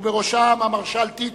ובראשם המרשל טיטו,